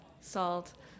salt